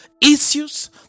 issues